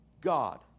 God